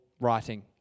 writing